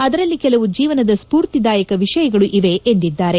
ಅದರಲ್ಲಿ ಕೆಲವು ಜೀವನದ ಸ್ಪೂರ್ತಿದಾಯಕ ವಿಷಯಗಳೂ ಇವೆ ಎಂದಿದ್ದಾರೆ